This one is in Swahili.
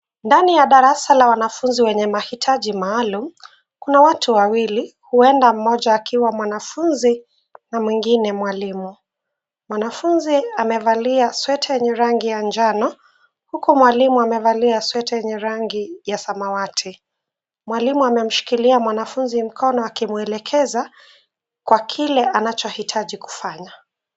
Ndani ya darasa la wanafunzi wenye mahitaji maalum kuna watu wawili huenda mmoja akiwa mwanafunzi na mwingine mwalimu. Mwanafunzi amevalia sweta yenye rangi ya njano huku mwalimu amevalia sweta yenye rangi ya samawati. Mwalimu amemshikilia mwanafunzi mkono akimuelekeza kwa kile anachohitaji kufanya.